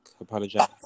Apologize